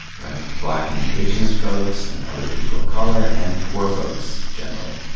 right? black and indigenous folks and other people of color, and poor folks generally.